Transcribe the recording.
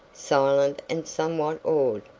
silent and somewhat awed,